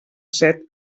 set